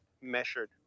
measured